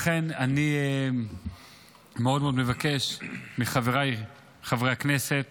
לכן אני מאוד מאוד מבקש מחבריי חברי הכנסת